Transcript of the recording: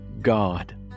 God